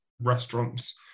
restaurants